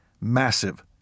massive